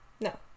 No